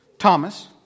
Thomas